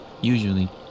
usually